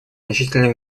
значительное